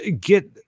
get